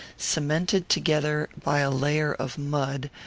cemented together by a layer of mud,